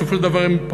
בסופו של דבר הם,